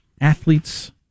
athletes